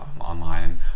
online